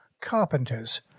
carpenters